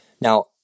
Now